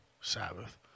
Sabbath